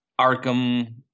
Arkham